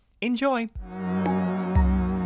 Enjoy